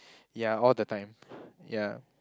ya all the time ya